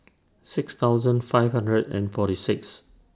six thousand five hundred and forty six